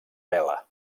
vela